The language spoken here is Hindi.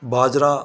बाजरा